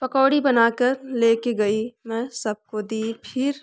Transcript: पकौड़ी बनाकर लेके गई मैं सबको दी फिर